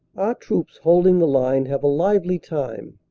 our troops holding the line have a lively time,